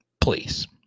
Please